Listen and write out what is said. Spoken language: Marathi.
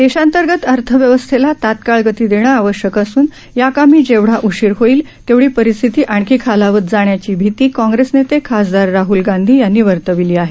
देशांतर्गत अर्थव्यवस्थेला तत्काळ गती देणं आवश्यक असून या कामी जेवढा उशीर होईल तेवढी परिस्थिती आणखी खालावत जाण्याची भीती काँप्रेस नेते खासदार राहुल गांधी यांनी वर्तवली आहे